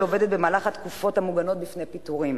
עובדת במהלך התקופות המוגנות מפני פיטורים,